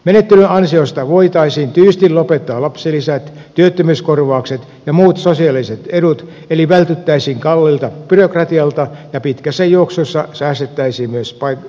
menettelyn ansiosta voitaisiin tyystin lopettaa lapsilisät työttömyyskorvaukset ja muut sosiaaliset edut eli vältyttäisiin kalliilta byrokratialta ja pitkässä juoksussa säästettäisiin myös palkkakustannuksista